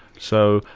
so,